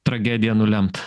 tragediją nulemt